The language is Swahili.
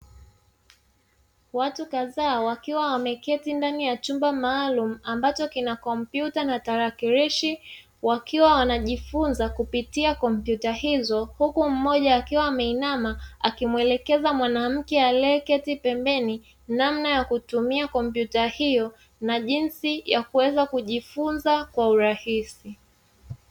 Watu kadhaa wakiwa wameketi ndani ya chumba maalumu ambacho kina kompyuta na tarakirishi wakiwa wanajifunza kupitia kompyuta hizo, huku mmoja akiwa ameinama akimuelekeza mwanamke aliyeketi pembeni namna ya kutumia kompyuta hiyo na jinsi ya kuweza kujifunza kwa urahisi.